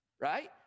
right